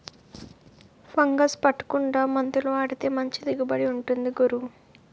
fungus పట్టకుండా మందులు వాడితే మంచి దిగుబడి ఉంటుంది గురూ